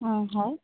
হয়